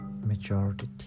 Majority